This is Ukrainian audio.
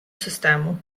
систему